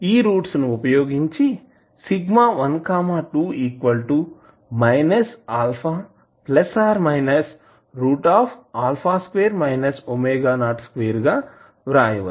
roots ని వుపయోగించి గా వ్రాయచ్చు